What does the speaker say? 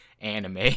anime